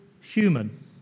human